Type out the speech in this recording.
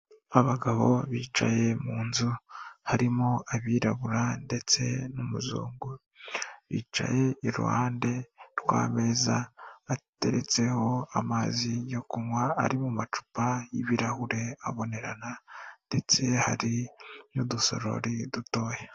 Abagabo bicaye mu nzu harimo abirabura ndetse n'umuzungu, bicaye iruhande rw'ameza ateretseho amazi yo kunywa ari mu macupa y'ibirahure abonerana ndetse hari n'udusorori dutoya.